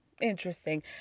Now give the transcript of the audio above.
Interesting